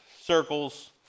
circles